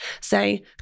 say